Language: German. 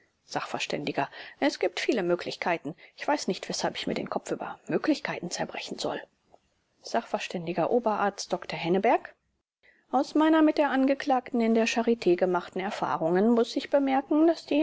sachv es gibt viele möglichkeiten ich weiß nicht weshalb ich mir den kopf über möglichkeiten zerbrechen soll sachv oberarzt dr henneberg aus meinen mit der angeklagten in der charit gemachten erfahrungen muß ich bemerken daß die